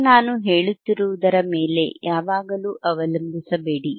ಈಗ ನಾನು ಹೇಳುತ್ತಿರುವುದರ ಮೇಲೆ ಯಾವಾಗಲೂ ಅವಲಂಬಿಸಬೇಡಿ